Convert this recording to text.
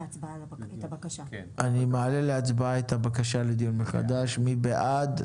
אני מעלה להצבעה את הבקשה לדיון מחדש, מי בעד?